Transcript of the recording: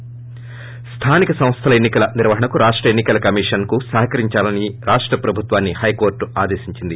ి స్థానిక సంస్థల ఎన్ని కల నిర్వహణకు రాష్ట ఎన్ని కల కమిషన్ కు సహకరించాలని రాష్ట ప్రభుత్వాన్ని హైకోర్టు ఆదేశించింది